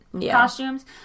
costumes